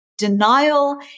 denial